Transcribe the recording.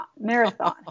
marathon